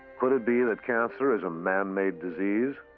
could it be that cancer is a man-made disease?